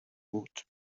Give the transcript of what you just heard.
بود